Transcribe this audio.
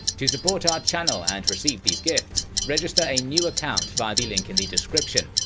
to support our channel and receive these gifts, register a new account via the link in the description!